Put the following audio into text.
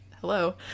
hello